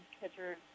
pitchers